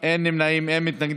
אדוני היושב-ראש,